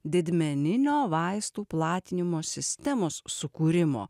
didmeninio vaistų platinimo sistemos sukūrimo